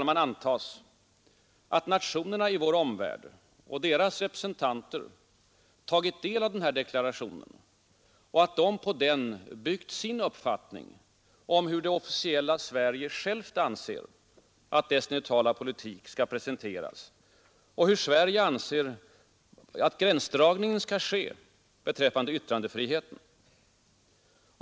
Det får antas att nationerna i vår omvärld och deras representanter tagit del av deklarationen och att de på den byggt sin uppfattning om hur det officiella Sverige självt anser att dess neutrala politik skall presenteras och var gränserna skall dras för yttrandefriheten.